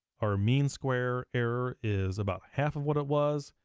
our mean square error is about half of what it was,